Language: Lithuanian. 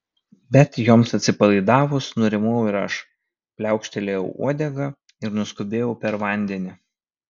bet joms atsipalaidavus nurimau ir aš pliaukštelėjau uodega ir nuskubėjau per vandenį